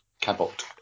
Cabot